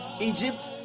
egypt